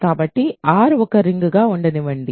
కాబట్టి R ఒక ring గా ఉండనివ్వండి